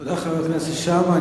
תודה, חבר הכנסת שאמה.